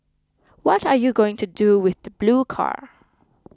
what are you going to do with the blue car